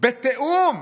בתיאום